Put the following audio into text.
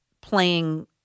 playing